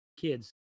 kids